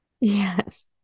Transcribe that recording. yes